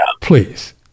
Please